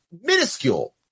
minuscule